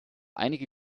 einige